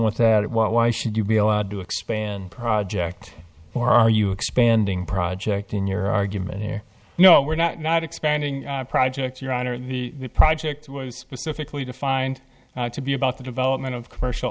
with that it was why should you be allowed to expand project or are you expanding project in your argument here no we're not not expanding projects your honor the project was specifically defined to be about the development of commercial